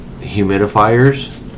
humidifiers